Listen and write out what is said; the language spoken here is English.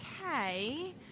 okay